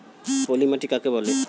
পলি মাটি কাকে বলে?